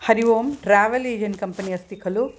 Hari Om travel agent company अस्ति खलु